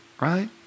right